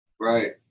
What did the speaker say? Right